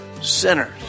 sinners